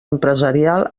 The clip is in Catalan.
empresarial